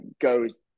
goes